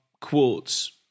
quotes